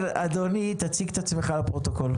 אדוני, תציג את עצמך לפרוטוקול.